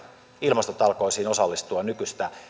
ilmastotalkoisiin osallistua nykyistä